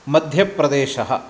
मध्यप्रदेशः